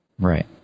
Right